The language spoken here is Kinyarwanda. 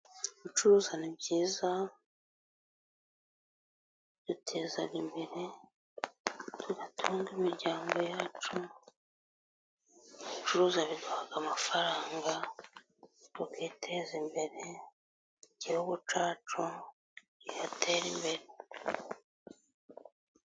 Gucuruza ni byiza, biduteza imbere tugatunga imiryango yacu, gucuruza biduha amafaranga tukiteza imbere, igihugu cyacu kigatere imbere.